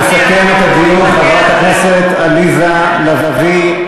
תסכם את הדיון חברת הכנסת עליזה לביא.